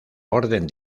orden